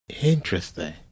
Interesting